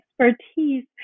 expertise